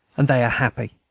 and they are happy.